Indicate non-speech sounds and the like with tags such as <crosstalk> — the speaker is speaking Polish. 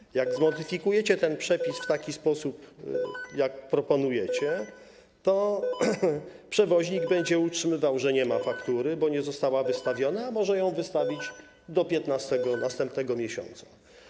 Jeśli <noise> zmodyfikujecie ten przepis w taki sposób, jak proponujecie, to przewoźnik będzie utrzymywał, że nie ma faktury, bo nie została wystawiona, a może ją wystawić do 15. następnego miesiąca.